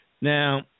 Now